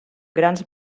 grans